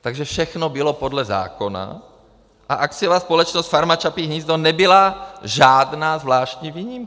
Takže všechno bylo podle zákona a akciová společnost Farma Čapí hnízdo nebyla žádná zvláštní výjimka.